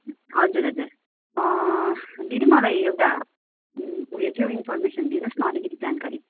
हजुर हजुर दिदी मलाई एउटा उयो के हो इन्फर्मेसन दिनु होस् न अलिकति जानकारी